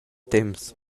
temps